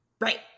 right